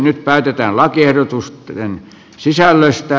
nyt päätetään lakiehdotusten sisällöstä